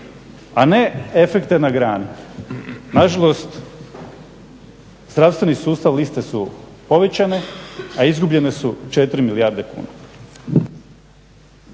a ne efekte na grani. Nažalost, zdravstveni sustav, liste su povećane a izbuljene su 4 milijarde kuna.